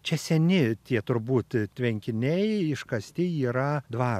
čia seni tie turbūt tvenkiniai iškasti yra dvaro